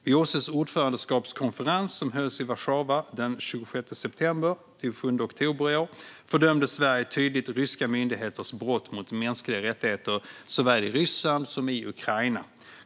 Vid OSSE:s ordförandeskapskonferens som hölls i Warszawa den 26 september-7 oktober fördömde Sverige tydligt ryska myndigheters brott mot mänskliga rättigheter såväl i Ryssland som i Ukraina.